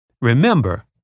Remember